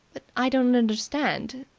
but i don't understand.